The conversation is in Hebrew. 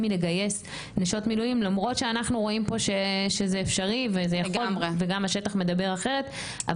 מלגייס נשות מילואים למרות שאנחנו רואים פה שזה אפשרי וגם השטח מדבר אחרת,